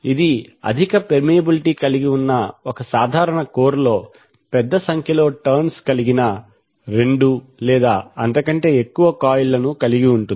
ఇది అధిక పెర్మియబిలిటీ కలిగి ఉన్న సాధారణ కోర్ లో పెద్ద సంఖ్యలో టర్న్స్ కలిగిన రెండు లేదా అంతకంటే ఎక్కువ కాయిల్ లను కలిగి ఉంటుంది